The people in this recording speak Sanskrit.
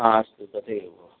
हा अस्तु तथैव भव